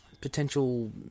potential